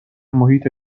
محیط